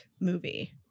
movie